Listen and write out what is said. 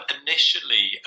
initially